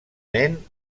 nen